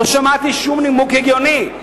לא שמעתי שום נימוק הגיוני.